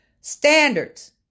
standards